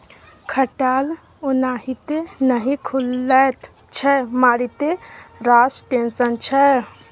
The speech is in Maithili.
खटाल ओनाहिते नहि खुलैत छै मारिते रास टेंशन छै